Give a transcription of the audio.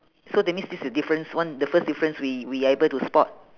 so that means this is the difference one the first difference we we are able to spot